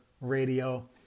Radio